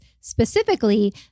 specifically